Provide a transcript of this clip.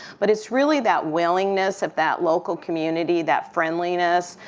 but it's really that willingness of that local community, that friendliness.